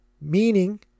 meaning